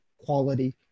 quality